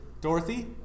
Dorothy